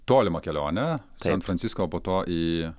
tolimą kelionę san francisko o po to į